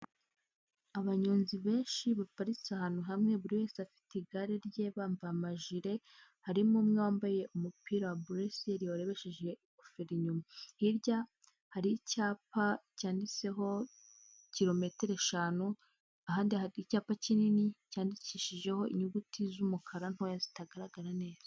Abanyonzi benshi baparitse ahantu hamwe, buri wese afite igare rye, bambaye amajire, harimo uwambaye umupira wa buresiyeri warebeshije ingoferi inyuma, hirya hari icyapa cyanditseho kilometero eshanu, ahandi hari icyapa kinini cyandikishijeho inyuguti z'umukara ntoya zitagaragara neza.